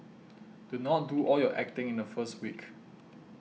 do not do all your acting in the first week